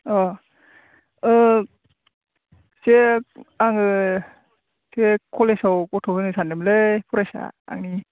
अह जे आङो कलेजआव गथ' होनो सानदोंमोनलै फरायसा आंनि